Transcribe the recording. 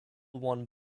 one